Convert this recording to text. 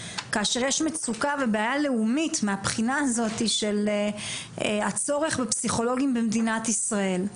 כאשר יש מצוקה ובעיה לאומית מבחינת הצורך בפסיכולוגים במדינת ישראל.